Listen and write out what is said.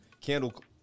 candle